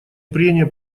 прения